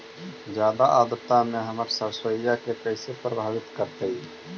जादा आद्रता में हमर सरसोईय के कैसे प्रभावित करतई?